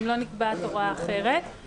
אם לא נקבעת הוראה אחרת,